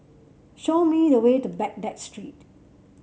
show me the way to Baghdad Street